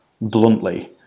bluntly